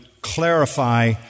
clarify